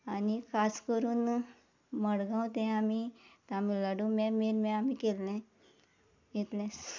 आनी खास करून मडगांव तें आमी तामिळनाडू मेन म्हणल्यार आमी केल्ले इतलेंच